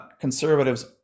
Conservatives